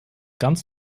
ganz